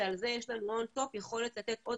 שעל זה יש לנו ON TOP יכולת לתת עוד